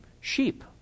sheep